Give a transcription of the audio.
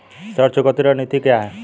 ऋण चुकौती रणनीति क्या है?